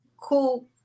cool